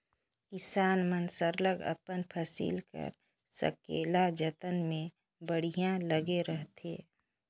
किसान मन सरलग अपन फसिल कर संकेला जतन में बड़िहा लगे रहथें